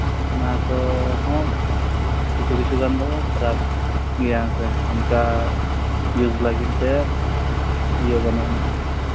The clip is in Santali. ᱚᱱᱟ ᱠᱚᱦᱚᱸ ᱠᱤᱪᱷᱩ ᱠᱤᱪᱷᱩ ᱜᱟᱱ ᱫᱚ ᱠᱷᱟᱨᱟᱯ ᱜᱮᱭᱟ ᱦᱮᱸᱥᱮ ᱚᱱᱠᱟ ᱤᱭᱩᱥ ᱞᱟᱹᱜᱤᱫ ᱛᱮ ᱤᱭᱟᱹ ᱵᱟᱹᱱᱩᱜᱼᱟ